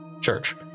church